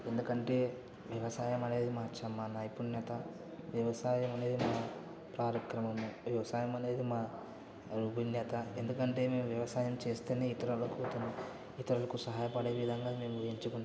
ఎందుకంటే వ్యవసాయం అనేది మా చ మా నైపుణ్యత వ్యవసాయం అనేది మా కార్యక్రమము వ్యవసాయం అనేది మా రూపిన్యత ఎందుకంటే మేం వ్యవసాయం చేస్తేనే ఇతరులకు ఇతరులకు సహాయపడే విధంగా మేము ఎంచుకుంటాం